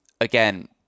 again